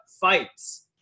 fights